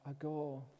ago